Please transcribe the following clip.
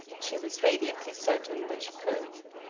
she was radiantly certain that she could.